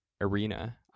arena